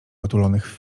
otulonych